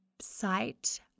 site